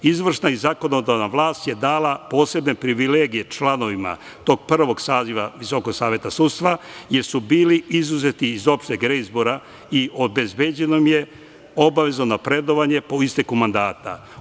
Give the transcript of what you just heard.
Izvršna i zakonodavna vlast je dala posebne privilegije članovima tog prvog saziva Visokog saveta sudstva, jer su bili izuzeti iz opšteg reizbora i obezbeđeno im je obavezno napredovanje po isteku mandata.